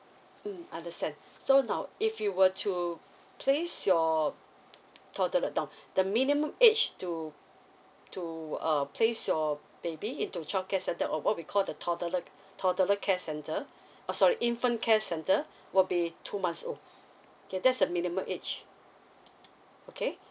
mm understand so now if you were to place your toddler now the minimum age to to uh place your baby into childcare centre or what we call the toddler toddler care center uh sorry infant care center will be two months old okay that's the minimum age okay